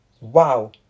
Wow